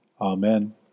Amen